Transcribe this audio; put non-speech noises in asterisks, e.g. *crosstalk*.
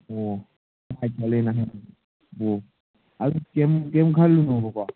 ꯑꯣ *unintelligible* ꯑꯣ ꯑꯗꯣ ꯀꯩꯝ ꯀꯩꯝ ꯈꯜꯂꯨꯅꯣꯕꯀꯣ